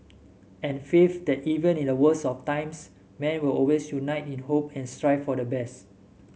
and faith that even in the worst of times man will always unite in hope and strive for the best